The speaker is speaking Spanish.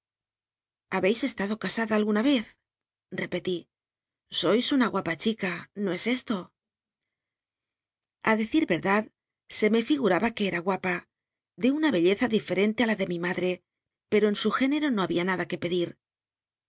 jlabeis estado casada algnna ez reprli soi una guapa chica no es esto a decir crdal c me llguraba que era gua llr je una belleza clircrrn tc i la de mi madre pero en tr género no había nada c ne pedir